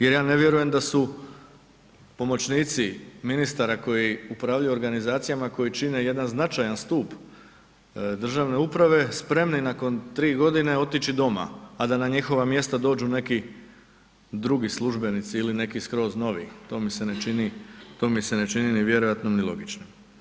Jer ja ne vjerujem da su pomoćnici ministara koji upravljaju organizacijama koji čine jedan značajan stup državne uprave spremni nakon 3 godine otići doma a da na njihova mjesta dođu neki drugi službenici ili neki skroz novi, to mi se ne čini ni vjerojatno ni logično.